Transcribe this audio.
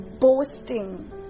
boasting